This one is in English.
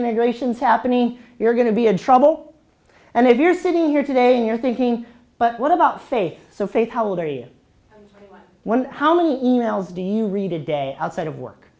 integrations happening you're going to be a trouble and if you're sitting here today and you're thinking but what about face to face how old are you when how many emails do you read a day outside of work